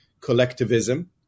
collectivism